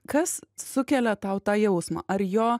kas sukelia tau tą jausmą ar jo